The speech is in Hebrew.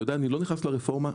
אני לא נכנס לרפורמה.